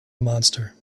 monster